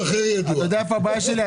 אתה יודע איפה הבעיה שלי?